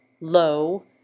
low